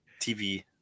TV